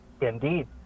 Indeed